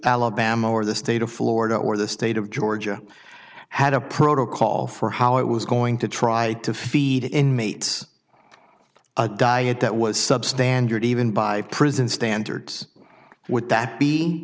alabama or the state of florida or the state of georgia had a protocol for how it was going to try to feed inmates diet that was substandard even by prison standards would that be